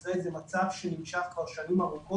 ישראל זה מצב שנמשך כבר שנים ארוכות,